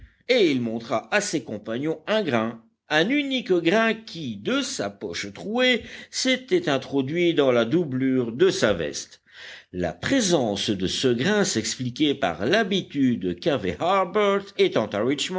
et il montra à ses compagnons un grain un unique grain qui de sa poche trouée s'était introduit dans la doublure de sa veste la présence de ce grain s'expliquait par l'habitude qu'avait